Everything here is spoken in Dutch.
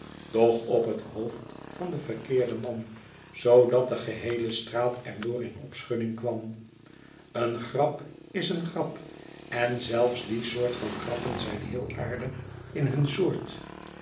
doch op het hoofd van den verkeerden man zoodat de geheele straat er door in opschudding kwam een grap is een grap en zelfs die soort van grappen zijn heel aardig in hun soort